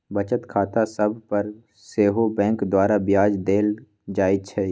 बचत खता सभ पर सेहो बैंक द्वारा ब्याज देल जाइ छइ